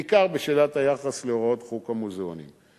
בעיקר בשאלת היחס להוראות חוק המוזיאונים.